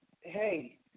hey